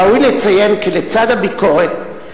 ראוי לציין כי לצד הביקורת,